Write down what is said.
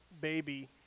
baby